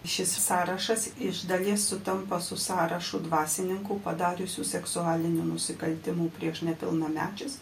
šis sąrašas iš dalies sutampa su sąrašu dvasininkų padariusių seksualinių nusikaltimų prieš nepilnamečius